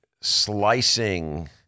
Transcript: slicing